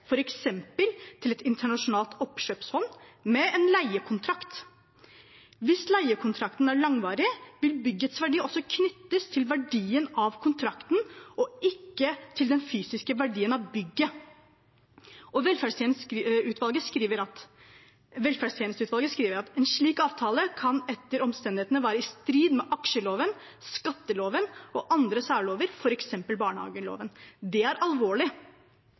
til et internasjonalt oppkjøpsfond med en leiekontrakt. Hvis leiekontrakten er langvarig, vil byggets verdi også knyttes til verdien av kontrakten og ikke til den fysiske verdien av bygget. Velferdstjenesteutvalget skriver: «En slik leieavtale kan etter omstendighetene være i strid med aksjeloven, skatteloven og andre særlover Det er alvorlig. Til tross for at det er